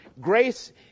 Grace